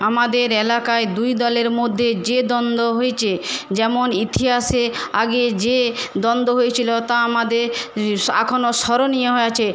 আমাদের এলাকায় দুই দলের মধ্যে যে দ্বন্দ্ব হয়েছে যেমন ইতিহাসে আগে যে দ্বন্দ্ব হয়েছিল তা আমাদের রের স এখনও স্মরণীয় হয়ে আছে